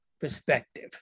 perspective